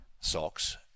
socks